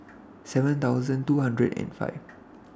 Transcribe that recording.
seven thousand two hundred and five